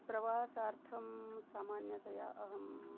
प्रवासार्थं सामान्यतया अहम्